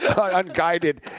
Unguided